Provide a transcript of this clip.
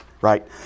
right